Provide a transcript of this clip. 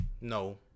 no